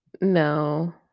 No